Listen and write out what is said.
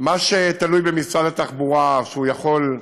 מה שתלוי במשרד התחבורה, שהוא יכול,